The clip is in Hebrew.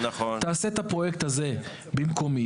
תעשה את הפרויקט הזה במקומי,